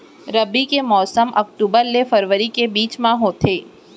रबी के मौसम अक्टूबर ले फरवरी के बीच मा होथे